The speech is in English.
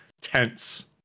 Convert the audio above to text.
tense